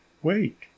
wait